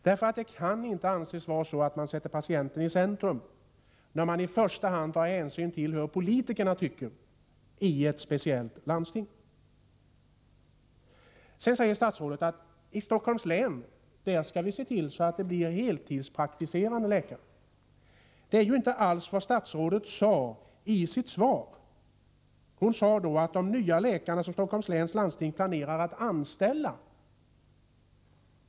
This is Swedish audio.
Det kan inte anses vara att sätta patienten i centrum när man i första hand tar hänsyn till vad politikerna tycker i ett speciellt landsting. Vidare säger statsrådet att man i Stockholms län skall se till att man får heltidspraktiserande läkare. Detta är inte alls vad statsrådet sade i sitt svar. Där talade hon om de nya läkarna som Stockholms läns landsting planerar att ”anställa”.